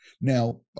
Now